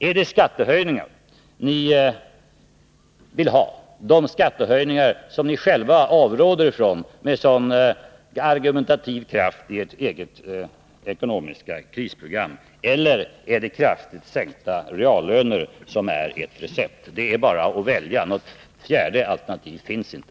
Är det skattehöjningar ni vill ha — de skattehöjningar som ni själva avråder ifrån med sådan argumentativ kraft i ert eget ekonomiska krisprogram -— eller är det kraftigt sänkta reallöner som är ert recept? Det är bara att välja — något ytterligare alternativ finns inte.